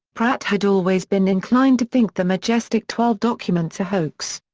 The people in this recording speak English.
pratt had always been inclined to think the majestic twelve documents a hoax.